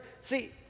See